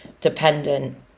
dependent